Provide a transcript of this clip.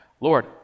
Lord